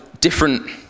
different